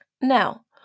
Now